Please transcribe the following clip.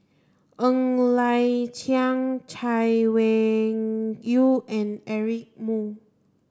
Ng Liang Chiang Chay Weng Yew and Eric Moo